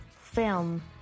film